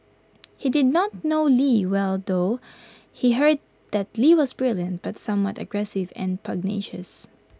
he did not know lee well though he heard that lee was brilliant but somewhat aggressive and pugnacious